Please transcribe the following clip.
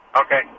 Okay